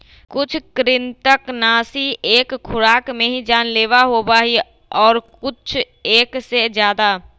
कुछ कृन्तकनाशी एक खुराक में ही जानलेवा होबा हई और कुछ एक से ज्यादा